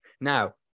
Now